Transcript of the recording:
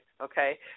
okay